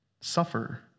suffer